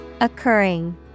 Occurring